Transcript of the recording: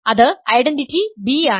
അത് identity B ആണ്